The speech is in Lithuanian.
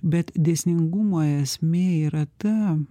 bet dėsningumo esmė yra ta